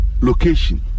Location